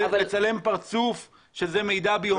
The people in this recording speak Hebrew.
לצלם פרצוף שזה מידע ביומטרי.